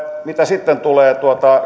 mitä sitten tulee